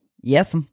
yes